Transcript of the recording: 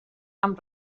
amb